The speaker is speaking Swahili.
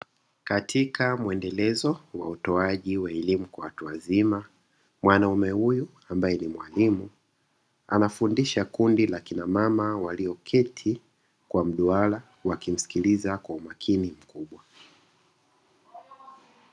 Katika muendelezo wa utoaji wa elimu kwa watu wazima mwanaume huyu ambaye ni mwalimu anafundisha kundi la kina mama walioketi kwa mduara wakimsikiliza kwa umakini mkubwa.